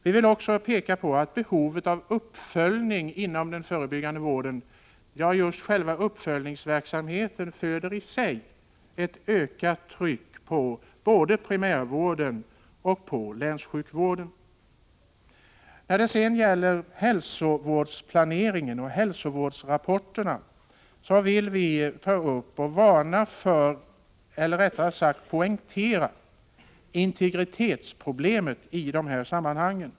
Vi vill också peka på att behovet av uppföljning och just själva uppföljningsverksamheten i sig föder ett ökat tryck på både primärvården och länssjukvården. När det gäller hälsovårdsplaneringen och hälsovårdsrapporter vill vi varna för, eller rättare sagt poängtera, integritetsproblemet i dessa sammanhang.